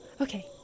okay